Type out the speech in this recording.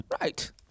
right